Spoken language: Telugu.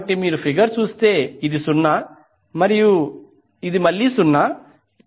కాబట్టి మీరు ఫిగర్ చూస్తే ఇది 0 మరియు ఇది మళ్ళీ 0